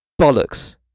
Bollocks